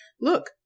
Look